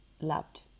loved